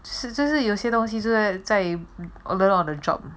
实在是有些东西真的在 learn on the job